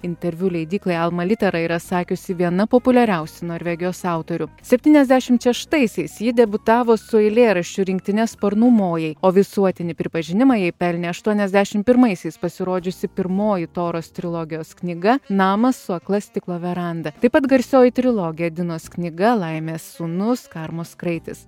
interviu leidyklai alma litera yra sakiusi viena populiariausių norvegijos autorių septyniasdešimt šeštaisiais ji debiutavo su eilėraščių rinktine sparnų mojai o visuotinį pripažinimą jai pelnė aštuoniasdešim pirmaisiais pasirodžiusi pirmoji toros trilogijos knyga namas su akla stiklo veranda taip pat garsioji trilogija dinos knyga laimės sūnus karnos kraitis